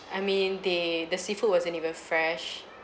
I mean they the seafood wasn't even fresh